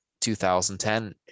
2010